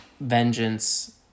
vengeance